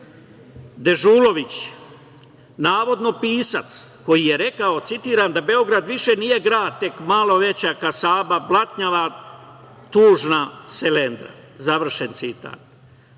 Dežulović, navodno pisac, koji je rekao citiram – da Beograd više nije grad, tek malo veća kasaba, blatnjava, tužna selendra, završen